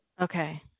Okay